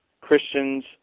Christians